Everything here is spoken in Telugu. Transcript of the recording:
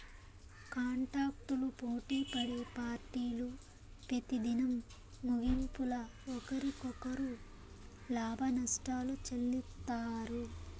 కాంటాక్టులు పోటిపడే పార్టీలు పెతిదినం ముగింపుల ఒకరికొకరు లాభనష్టాలు చెల్లిత్తారు